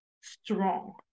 strong